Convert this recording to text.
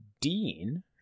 Dean